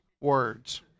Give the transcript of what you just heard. words